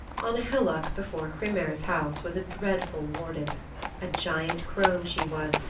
on a hillock before hrymer's house was a dreadful warden a giant crone she was,